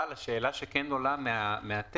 אבל שאלה שכן עולה מהטקסט,